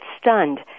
stunned